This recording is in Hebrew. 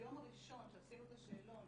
ביום הראשון כשעשינו את השאלון,